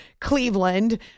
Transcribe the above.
Cleveland